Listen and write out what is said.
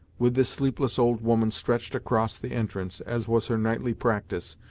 with this sleepless old woman stretched across the entrance, as was her nightly practice,